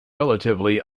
relatively